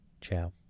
Ciao